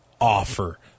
offer